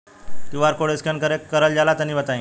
QR code scan कैसे क़रल जला तनि बताई?